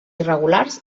irregulars